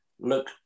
look